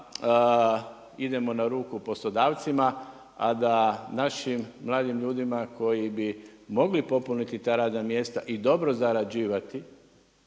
da idemo na ruku poslodavcima, a da našim mladim ljudima koji bi mogli popuniti ta radna mjesta i dobro zarađivati.